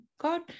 God